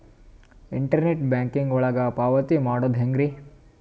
Internet banking ಒಳಗ ಪಾವತಿ ಮಾಡೋದು ಹೆಂಗ್ರಿ?